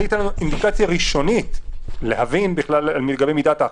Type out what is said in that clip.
זה ייתן לנו אינדיקציה ראשונית להבין על מידת האכיפה.